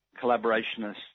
collaborationists